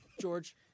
George